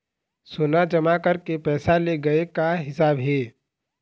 सोना जमा करके पैसा ले गए का हिसाब हे?